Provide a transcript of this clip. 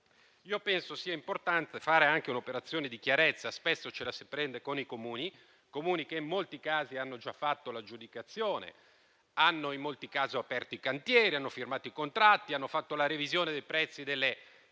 penso sia importante fare anche un'operazione di chiarezza. Spesso ce la prendiamo con i Comuni, che in molti casi hanno già fatto l'aggiudicazione, hanno aperto i cantieri, hanno firmato i contratti e hanno fatto la revisione dei prezzi delle materie